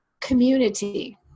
community